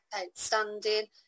outstanding